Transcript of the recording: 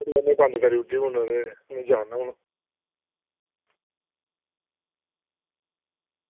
में हून बंद करू दी ते में हून जा ना